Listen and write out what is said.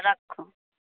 रखू